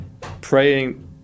praying